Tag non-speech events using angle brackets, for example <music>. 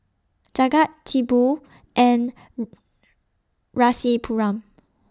Jagat Tipu and <noise> Rasipuram